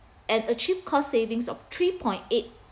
and achieve cost savings of three point eight